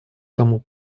тому